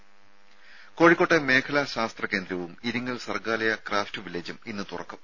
ത കോഴിക്കോട്ടെ മേഖലാ ശാസ്ത്ര കേന്ദ്രവും ഇരിങ്ങൽ സർഗ്ഗാലയ ക്രാഫ്റ്റ് വില്ലേജും ഇന്ന് തുറക്കും